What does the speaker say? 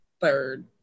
third